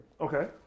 Okay